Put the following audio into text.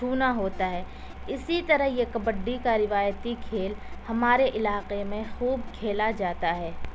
چھونا ہوتا ہوتا ہے اسی طرح یہ کبڈی کا روایتی کھیل ہمارے علاقے میں خوب کھیلا جاتا ہے